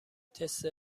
تست